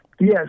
Yes